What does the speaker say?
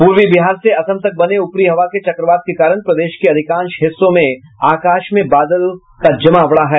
पूर्वी बिहार से असम तक बने ऊपरी हवा के चक्रवात के कारण प्रदेश के अधिकांश हिस्सों में आकाश में बादलों का जमावड़ा है